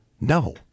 No